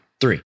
Three